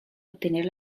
obtener